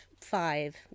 five